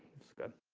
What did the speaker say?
it's good.